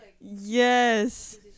Yes